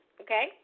okay